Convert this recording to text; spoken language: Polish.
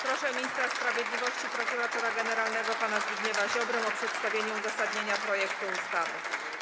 Proszę ministra sprawiedliwości prokuratora generalnego pana Zbigniewa Ziobrę o przedstawienie uzasadnienia projektu ustawy.